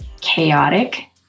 chaotic